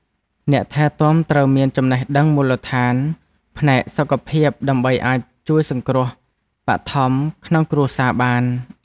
អ្នកថែទាំត្រូវមានចំណេះដឹងមូលដ្ឋានផ្នែកសុខភាពដើម្បីអាចជួយសង្គ្រោះបឋមក្នុងគ្រួសារបាន។